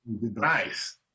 Nice